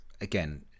again